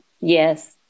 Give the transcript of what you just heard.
Yes